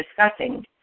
discussing